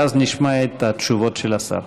ואז נשמע את התשובות של השר.